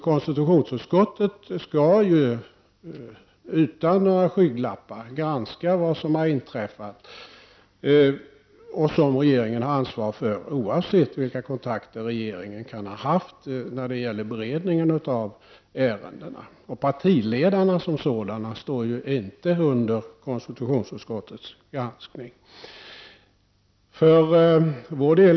Konstitutionsutskottet skall utan några skygglappar granska vad som har inträffat och som regeringen har ansvar för, oavsett vilka kontakter regeringen kan ha haft när det gäller beredningen av ärendena. Partiledarna står inte under konstitutionsutskottets granskning.